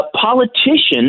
politicians